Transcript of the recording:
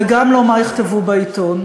וגם לא מה יכתבו בעיתון.